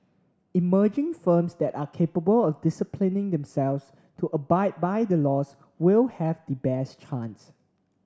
emerging firms that are capable of disciplining themselves to abide by the laws will have the best chance